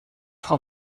frau